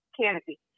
Canopy